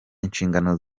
inshingano